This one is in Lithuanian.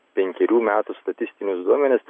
penkerių metų statistinius duomenis